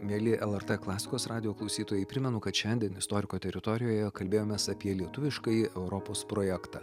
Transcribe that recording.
mieli lrt klasikos radijo klausytojai primenu kad šiandien istoriko teritorijoje kalbėjomės apie lietuviškąjį europos projektą